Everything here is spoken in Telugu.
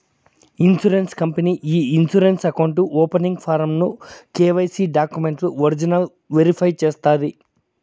ఇన్సూరెన్స్ కంపనీ ఈ ఇన్సూరెన్స్ అకౌంటు ఓపనింగ్ ఫారమ్ ను కెవైసీ డాక్యుమెంట్లు ఒరిజినల్ వెరిఫై చేస్తాది